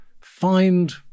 find